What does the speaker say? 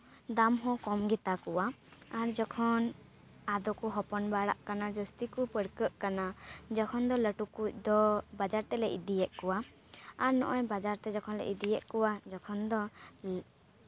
ᱫᱟᱢ ᱦᱚᱸ ᱠᱚᱢ ᱜᱮᱛᱟ ᱠᱚᱣᱟ ᱟᱨ ᱡᱚᱠᱷᱚᱱ ᱟᱫᱚ ᱠᱚ ᱦᱚᱯᱚᱱ ᱵᱟᱲᱟᱜ ᱠᱟᱱᱟ ᱡᱟᱹᱥᱛᱤ ᱠᱚ ᱯᱟᱹᱨᱠᱟᱹᱜ ᱠᱟᱱᱟ ᱡᱚᱠᱷᱚᱱ ᱫᱚ ᱞᱟᱹᱴᱩ ᱠᱚᱡ ᱫᱚ ᱵᱟᱡᱟᱨ ᱛᱮᱞᱮ ᱤᱫᱤᱭᱮᱜ ᱠᱚᱣᱟ ᱟᱨ ᱱᱚᱜᱼᱚᱭ ᱵᱟᱡᱟᱨᱛᱮ ᱡᱚᱠᱷᱚᱱᱞᱮ ᱤᱫᱤᱭᱮᱜ ᱠᱚᱣᱟ ᱛᱚᱠᱷᱚᱱ ᱫᱚ